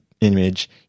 image